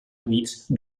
units